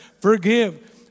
forgive